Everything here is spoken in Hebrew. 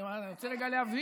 אני רוצה רגע להבהיר,